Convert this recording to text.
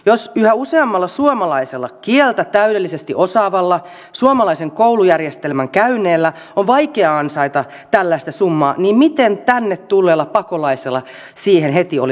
jos yhä useamman suomalaisen kieltä täydellisesti osaavan suomalaisen koulujärjestelmän käyneen on vaikea ansaita tällaista summaa niin miten tänne tulleella pakolaisella siihen heti olisi kyky